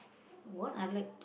what I like